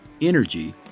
energy